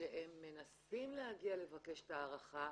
ושהם מנסים להגיע לבקש את ההארכה,